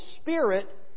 spirit